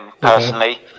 personally